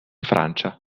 francia